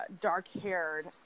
dark-haired